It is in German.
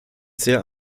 sehr